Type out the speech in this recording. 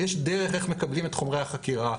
ויש דרך איך מקבלים את חומרי החקירה,